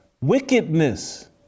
wickedness